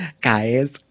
guys